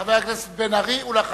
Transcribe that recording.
חבר הכנסת בן-ארי, בבקשה.